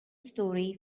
story